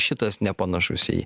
šitas nepanašus į